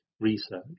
research